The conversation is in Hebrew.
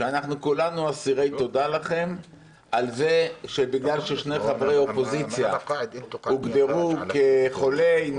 כשכולנו אסירי תודה לכם על זה שבגלל ששני חברי אופוזיציה הוגדרו כחולי,